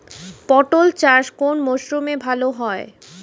পটল চাষ কোন মরশুমে ভাল হয়?